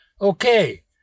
Okay